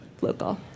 local